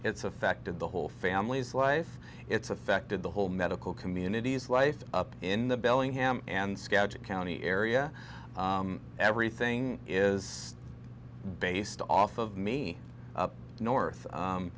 it's affected the whole family's life it's affected the whole medical communities life up in the bellingham and skagit county area everything is based off of me up north